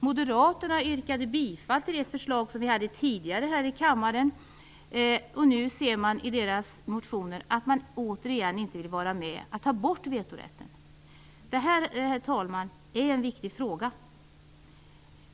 Moderaterna yrkade bifall till ett förslag som tidigare lades fram i här i kammaren, och nu vill man återigen inte vara med om att ta bort vetorätten. Herr talman! Detta är en viktig fråga.